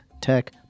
Tech